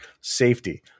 safety